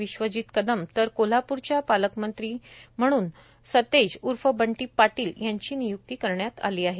विश्वजीत कदम तर कोल्हापूरच्या पालकमंत्री म्हणून सतेज ऊर्फ बंटी पाटील यांची निय्क्ती करण्यात आली आहे